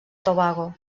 tobago